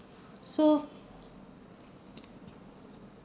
so